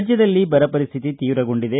ರಾಜ್ಯದಲ್ಲಿ ಬರ ಪರಿಸ್ಥಿತಿ ತೀವ್ರಗೊಂಡಿದೆ